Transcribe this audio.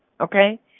okay